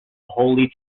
holy